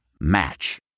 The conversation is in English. Match